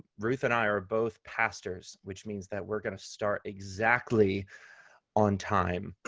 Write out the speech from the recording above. ruth and i are both pastors, which means that we're going to start exactly on time